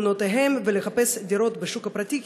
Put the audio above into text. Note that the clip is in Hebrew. ממעונותיהם ולחפש דירות בשוק הפרטי,